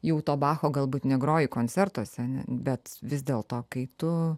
jau to bacho galbūt negroji koncertuose bet vis dėlto kai tu